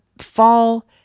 fall